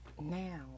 Now